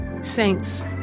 Saints